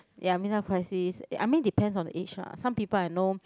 ya mid life crisis uh I mean depends on the age ah some people I know